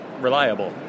reliable